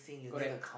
correct